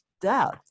death